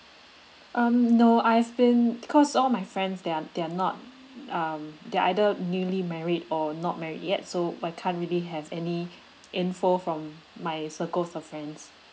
um no I have been because all my friends they're they're not um they're either newly married or not married yet so I can't really have any info from my circle of friends